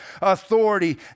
authority